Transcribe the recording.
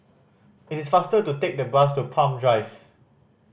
it is faster to take the bus to Palm Drive